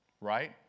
Right